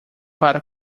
para